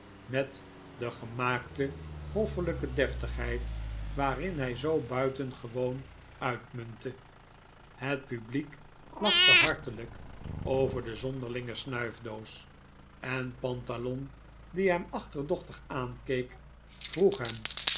met de gemaakte hoffelijke deftigheid waarin hij zoo bijzonder uitmuntte het publiek lachte hartelijk over de zonderlinge snuifdoos en pantalon die hem achterdochtig aankeek vroeg hem